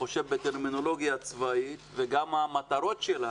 חושב בטרמינולוגיה צבאית וגם המטרות שלה